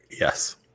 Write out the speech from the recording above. yes